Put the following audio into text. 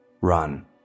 run